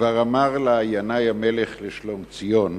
כבר אמר ינאי המלך לשלומציון: